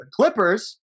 Clippers